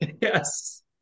Yes